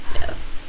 Yes